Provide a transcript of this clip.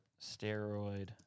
steroid